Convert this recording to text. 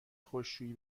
خشکشویی